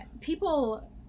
people